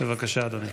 בבקשה, אדוני.